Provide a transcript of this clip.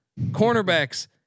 cornerbacks